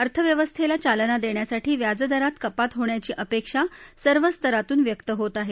अर्थव्यवस्थेला चालना देण्यासाठी व्याजदरात कपात होण्याची अपेक्षा सर्व स्तरातून व्यक्त होत आहे